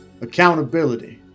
Accountability